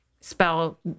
spell